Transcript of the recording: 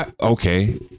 Okay